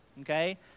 okay